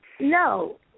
No